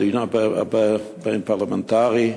בדיון הבין-פרלמנטרי.